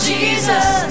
Jesus